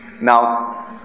Now